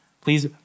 please